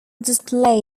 display